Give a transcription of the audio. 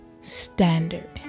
standard